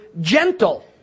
gentle